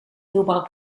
nieuwbouw